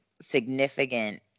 significant